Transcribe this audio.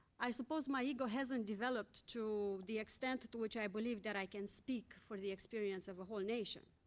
i suppose my ego hasn't developed to the extent to which i believe that i can speak for the experience of a whole nation.